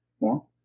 more